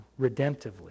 redemptively